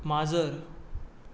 माजर